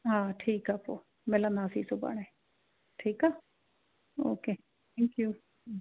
हा ठीकु आहे पोइ मिलंदासीं सुभाणे ठीकु आहे ओके थैंक्यू